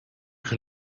can